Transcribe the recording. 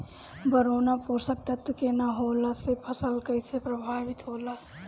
Boron पोषक तत्व के न होला से फसल कइसे प्रभावित होला?